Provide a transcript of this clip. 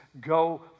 go